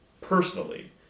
personally